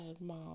mom